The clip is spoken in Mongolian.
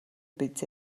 биз